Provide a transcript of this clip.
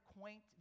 quaint